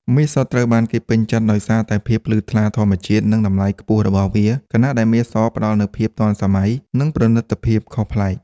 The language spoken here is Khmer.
មាសសុទ្ធត្រូវបានគេពេញចិត្តដោយសារតែភាពភ្លឺថ្លាធម្មជាតិ និងតម្លៃខ្ពស់របស់វា ខណៈដែលមាសសផ្ដល់នូវភាពទាន់សម័យ និងប្រណិតភាពខុសប្លែក។